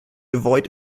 avoid